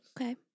Okay